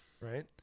right